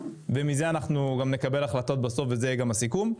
ומזה אנחנו נקבל החלטות בסוף וזה יהיה גם בסיכום.